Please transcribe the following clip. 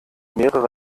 mehrere